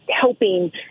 helping